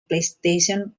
playstation